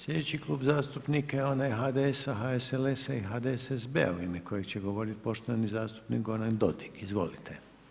Sljedeći Klub zastupnika je onaj HDS-a, HSS-a i HDSSB-a u ime kojeg će govoriti poštovani zastupnik Goran Dodig, izvolite.